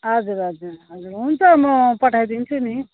हजुर हजुर हजुर हुन्छ म पठाइदिन्छु नि